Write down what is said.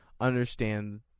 understand